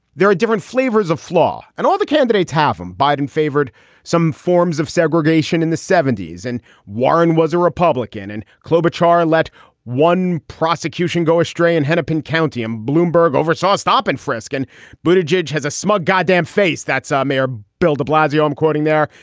there are different flavors of floor and all the candidates have him. biden favored some forms of segregation in the seventy s, and warren was a republican and clobbered cha let one prosecution go astray in hennepin county and bloomberg oversaw stop and frisk and but a judge has a smug goddamn face that's on ah mayor bill de blasio, i'm quoting there.